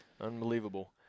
Unbelievable